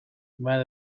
might